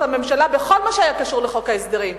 הממשלה בכל מה שהיה קשור לחוק ההסדרים,